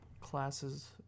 classes